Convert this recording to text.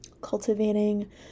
Cultivating